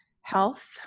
health